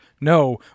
No